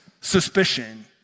suspicion